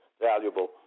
valuable